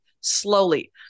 slowly